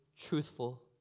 truthful